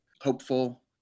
hopeful